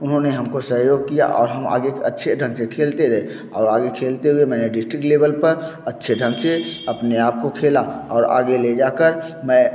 उन्होंने हमको सहयोग किया और हम आगे अच्छे ढंग से खेलते रहे और आगे खेलते हुए मैंने डिस्ट्रिक्ट लेबल पर अच्छे ढंग से अपने आप को खेला और आगे ले जाकर मैं